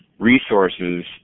resources